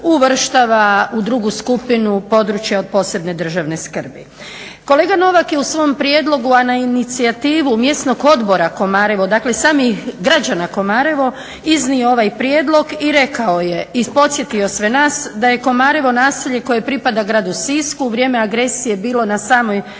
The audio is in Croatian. uvrštava u drugu skupinu područja od posebne državne skrbi. Kolega Novak je u svom prijedlogu a na inicijativu Mjesnog odbora Komarevo, dakle samih građana Komareva iznio ovaj prijedlog i rekao je, i podsjetio sve nas da je Komarevo naselje koje pripada gradu Sisku, u vrijeme agresije je bilo na samoj